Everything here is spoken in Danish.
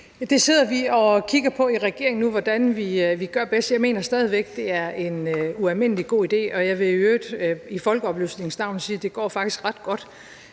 Det sidder vi nu og kigger på i regeringen hvordan vi gør bedst. Jeg mener stadig væk, det er en ualmindelig god idé, og jeg vil i øvrigt i folkeoplysningens navn sige, at det faktisk går ret godt